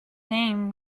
name